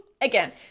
again